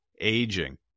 aging